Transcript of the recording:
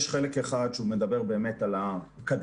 יש חלק אחד שמדבר באמת על הקדימה,